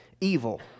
evil